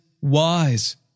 wise